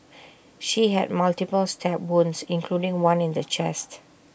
she had multiple stab wounds including one in the chest